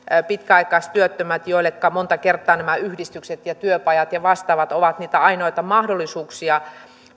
pitkäaikaistyöttömille joilleka monta kertaa nämä yhdistykset ja työpajat ja vastaavat ovat niitä ainoita mahdollisuuksia